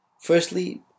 Firstly